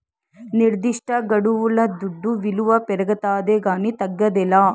నిర్దిష్టగడువుల దుడ్డు విలువ పెరగతాదే కానీ తగ్గదేలా